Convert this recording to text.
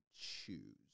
choose